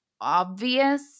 obvious